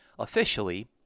Officially